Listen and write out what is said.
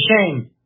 shame